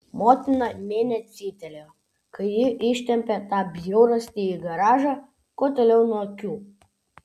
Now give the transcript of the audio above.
motina nė necyptelėjo kai ji ištempė tą bjaurastį į garažą kuo toliau nuo akių